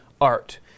art